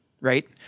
right